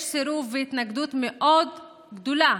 יש סירוב והתנגדות מאוד גדולה